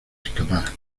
escapar